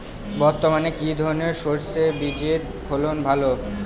বর্তমানে কি ধরনের সরষে বীজের ফলন ভালো?